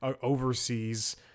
overseas